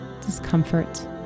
discomfort